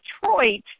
detroit